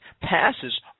passes